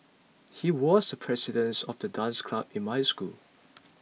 he was the presidents of the dance club in my school